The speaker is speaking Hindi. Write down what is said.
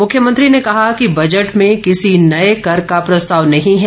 मुख्यमंत्री ने कहा कि बजट में किसी नए कर का प्रस्ताव नहीं है